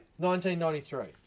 1993